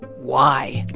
why?